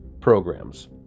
programs